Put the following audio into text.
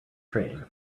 train